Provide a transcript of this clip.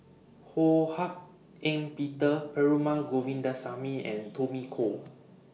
Ho Hak Ean Peter Perumal Govindaswamy and Tommy Koh